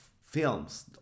films